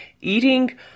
eating